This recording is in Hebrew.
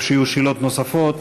ואיפה שיהיו שאלות נוספות,